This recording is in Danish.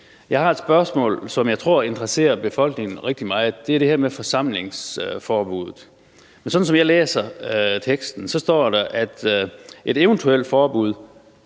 Jeg har et spørgsmål, som jeg tror interesserer befolkningen rigtig meget, og det er om det her med forsamlingsforbuddet. Som jeg læser teksten, står der, at et eventuelt forbud